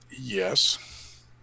Yes